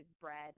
bread